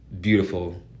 beautiful